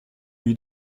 lui